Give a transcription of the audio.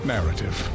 Narrative